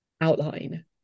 outline